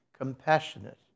compassionate